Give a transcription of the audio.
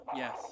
yes